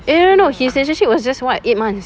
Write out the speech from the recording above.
eh no no no his relationship was just what eight months